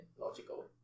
logical